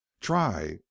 try